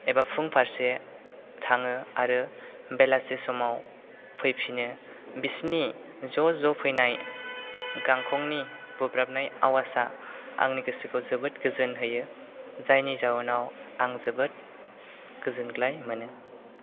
एबा फुं फारसे थाङो आरो बेलासि समाव फैफिनो बिसोरनि ज' ज' फैनाय गांखंनि बुब्राबनाय आवाजआ आंनि गोसोखौ जोबोद गोजोन होयो जायनि जाहोनाव आं जोबोद गोजोनग्लाय मोनो